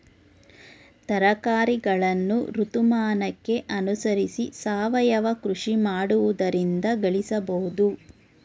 ತರಕಾರಿಗಳನ್ನು ಋತುಮಾನಕ್ಕೆ ಅನುಸರಿಸಿ ಸಾವಯವ ಕೃಷಿ ಮಾಡುವುದರಿಂದ ಗಳಿಸಬೋದು